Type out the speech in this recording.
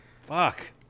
Fuck